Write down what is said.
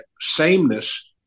sameness